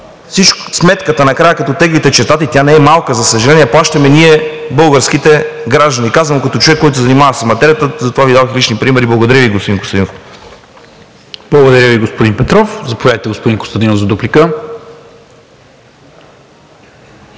защото сметката накрая, като теглите чертата, и тя не е малка, за съжаление, я плащаме ние, българските граждани. Казвам го като човек, който се занимава с материята и затова Ви дадох лични примери. Благодаря Ви, господин Костадинов. ПРЕДСЕДАТЕЛ НИКОЛА МИНЧЕВ: Благодаря Ви, господин Петров. Заповядайте, господин Костадинов, за дуплика.